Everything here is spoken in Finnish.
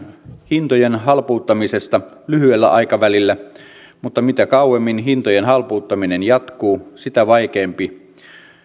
hintojen halpuuttamisesta lyhyellä aikavälillä mutta mitä kauemmin hintojen halpuuttaminen jatkuu sitä vaikeampi